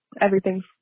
everything's